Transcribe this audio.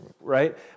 right